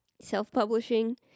Self-publishing